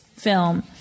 film